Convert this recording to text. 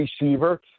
receiver